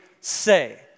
say